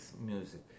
music